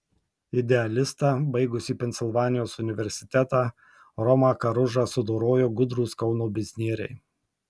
idealistą baigusį pensilvanijos universitetą romą karužą sudorojo gudrūs kauno biznieriai